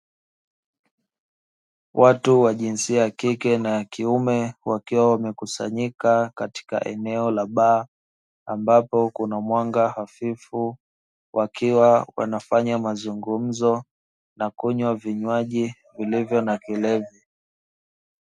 Watu wa jinsia ya kike na kiume wakiwa wamekusanyika katika eneo la baa, ambapo kuna mwanga hafifu wakiwa wanafanya mazungumzo na kunywa vinywaji vilivyo na vilevi.